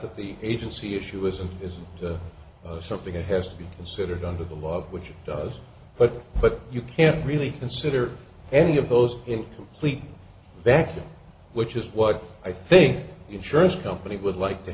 that the agency issue is and isn't something that has to be considered under the law which it does but but you can't really consider any of those in complete vacuum which is what i think insurance company would like to